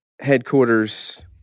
headquarters